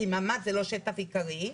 כי ממ"ד זה לא שטח עיקרי.